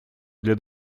для